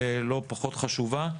לא פחות חשובה.